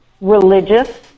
religious